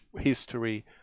history